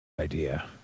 Idea